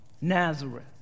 Nazareth